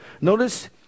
Notice